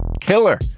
killer